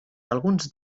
alguns